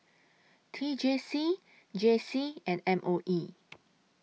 T J C J C and M O E